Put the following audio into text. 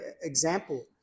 example